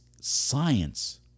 science